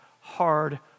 Hard